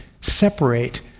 separate